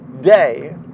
day